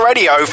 Radio